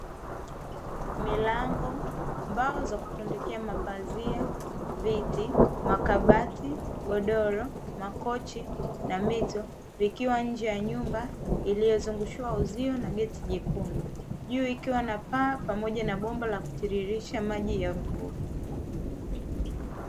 Milango, mbao za kutundikia mapazia, viti, makabati, godoro, makochi na mito, vikiwa nje ya nyumba iliyozungushiwa uzio na geti jekundu. Juu ikiwa na paa pamoja na bomba la kutiririsha maji ya mvua.